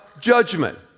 judgment